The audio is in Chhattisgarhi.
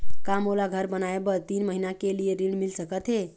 का मोला घर बनाए बर तीन महीना के लिए ऋण मिल सकत हे?